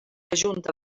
junta